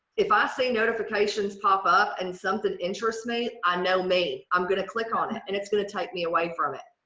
if i see notifications pop up and something interests me i know me i'm gonna click on it and it's gonna take me away from it.